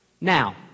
Now